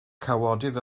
cawodydd